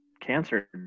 cancer